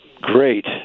Great